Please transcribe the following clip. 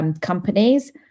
companies